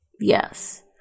Yes